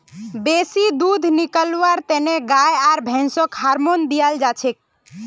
बेसी दूध निकलव्वार तने गाय आर भैंसक हार्मोन दियाल जाछेक